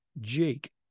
Jake